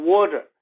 Water